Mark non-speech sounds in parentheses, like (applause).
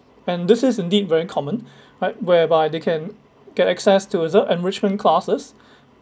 and this is indeed very common (breath) right whereby they can get access to the enrichment classes